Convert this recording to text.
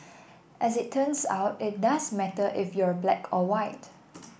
as it turns out it does matter if you're black or white